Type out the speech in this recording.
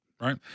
right